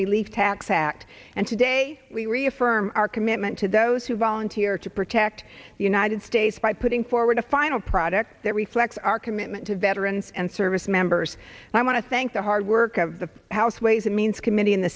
relief tax act and today we reaffirm our commitment to those who volunteered to protect the united states by putting forward a final product that reflects our commitment to veterans and service members and i want to thank the hard work of the house ways and means committee in the